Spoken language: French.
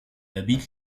habite